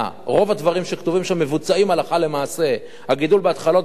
רוב הדברים שכתובים שם מבוצעים הלכה למעשה: הגידול בהתחלות בנייה,